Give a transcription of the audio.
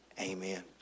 Amen